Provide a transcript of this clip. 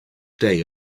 day